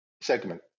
segment